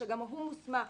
שגם הוא מוסמך